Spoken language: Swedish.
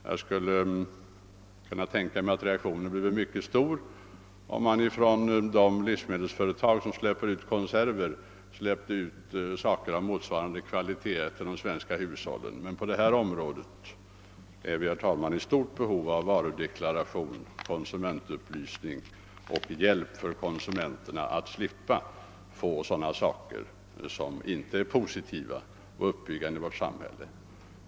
Jag skulle tänka mig att reaktionen bleve mycket häftig, om livsmedelsföretag skickade ut konserver av motsvarande kvalitet till det svenska folket. På detta område, herr talman, har vi stort behov av varudeklaration och konsumentupplysning och hjälp för konsumenterna att slippa sådana saker som inte är positiva och uppbyggande i vårt samhälle.